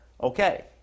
okay